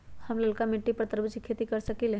हम लालका मिट्टी पर तरबूज के खेती कर सकीले?